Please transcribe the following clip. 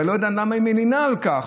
ואני לא יודע למה היא מלינה על כך